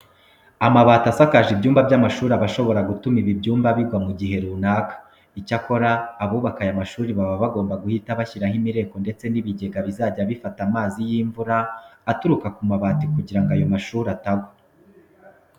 Amabati asakaje ibyumba by'amashuri aba ashobora gutuma ibi byumba bigwa mu gihe runaka. Icyakora abubaka aya mashuri baba bagomba guhita bashyiraho imireko ndetse n'ibigega bizajya bifata amazi y'imvura aturuka ku mabati kugira ngo ayo mashuri atagwa.